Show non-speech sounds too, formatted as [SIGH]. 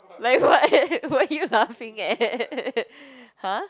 like what [LAUGHS] what you laughing at !huh!